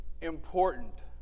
important